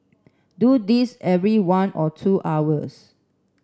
do this every one or two hours